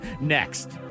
next